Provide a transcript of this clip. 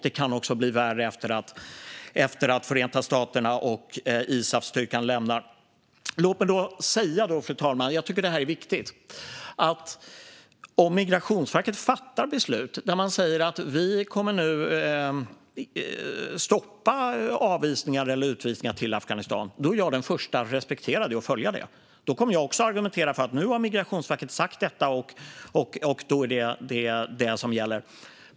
Det kan också bli värre efter att Förenta staterna och Isafstyrkan lämnar landet. Fru talman! Om Migrationsverket fattar ett beslut om att stoppa avvisningar eller utvisningar till Afghanistan är jag den förste att respektera och följa det. Jag tycker att det här är viktigt. Min argumentation kommer då att vara att Migrationsverket har sagt detta och att det är det som gäller.